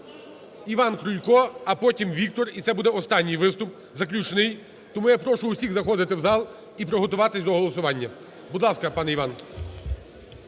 Іван Крулько, а потім – Віктор. І це буде останній виступ, заключний. Тому я прошу усіх заходити в зал і приготуватись до голосування. Будь ласка, пане Іван.